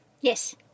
Yes